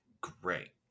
great